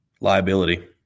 liability